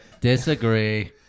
Disagree